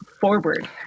forward